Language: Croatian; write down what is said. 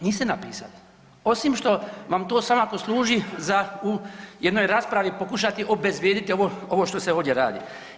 Niste napisali osim što vam to samo posluži za u jednoj raspravi pokušati obezvrijediti ovo što se ovdje radi.